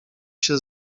się